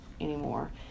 anymore